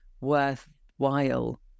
worthwhile